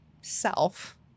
self